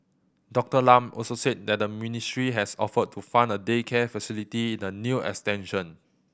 Doctor Lam also said that the ministry has offered to fund a daycare facility in the new extension